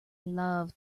love